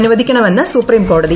അനുവദിക്കണമെന്ന് സുപ്രീംകോടതി